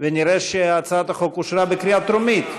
ונראה שהצעת החוק התקבלה בקריאה טרומית,